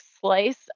slice